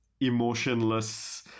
emotionless